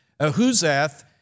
Ahuzath